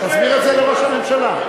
תסביר את זה לראש הממשלה.